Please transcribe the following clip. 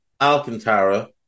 Alcantara